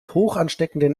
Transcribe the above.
hochansteckenden